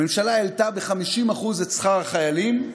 הממשלה העלתה ב-50% את שכר החיילים.